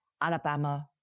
Alabama